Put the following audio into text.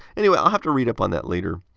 anyway, i'll have to read up on that later.